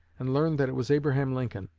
and learned that it was abraham lincoln.